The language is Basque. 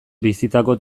bizitako